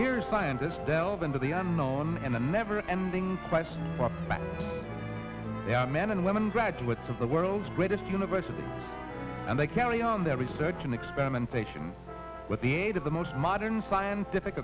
here scientists delve into the unknown and the never ending quest brought back men and women graduates of the world's greatest university and they carry on their research and experimentation with the aid of the most modern scientific